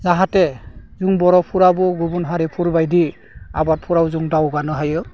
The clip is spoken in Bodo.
जाहाथे जों बर'फोराबो गुबुन हारिफोर बायदि आबादफोराव जों दावगानो हायो